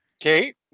Kate